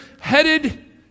headed